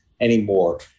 anymore